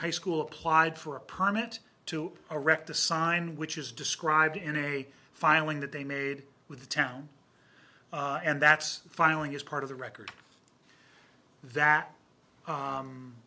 high school applied for a permit to a wreck to sign which is described in a filing that they made with the town and that's filing as part of the record that